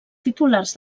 titulars